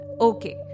Okay